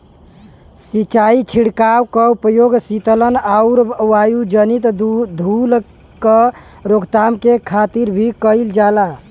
सिंचाई छिड़काव क उपयोग सीतलन आउर वायुजनित धूल क रोकथाम के खातिर भी कइल जाला